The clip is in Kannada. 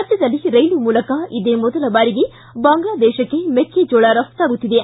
ರಾಜ್ಞದಲ್ಲಿ ರೈಲು ಮೂಲಕ ಇದೇ ಮೊದಲ ಬಾರಿಗೆ ಬಾಂಗ್ಲಾದೇಶಕ್ಕೆ ಮೆಕ್ಕೆಜೋಳ ರಫ್ತಾಗುತ್ತಿದೆ